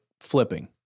flipping